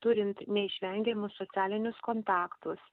turint neišvengiamus socialinius kontaktus